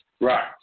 Right